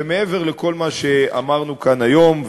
ומעבר לכל מה שאמרנו כאן היום,